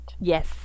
Yes